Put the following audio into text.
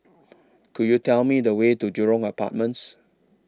Could YOU Tell Me The Way to Jurong Apartments